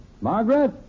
Margaret